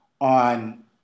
on